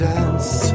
Dance